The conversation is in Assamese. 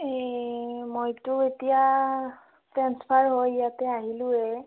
এই মইতো এতিয়া ট্ৰেন্সফাৰ হৈ ইয়াতে আহিলোঁৱেই